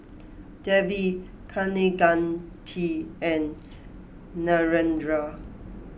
Devi Kaneganti and Narendra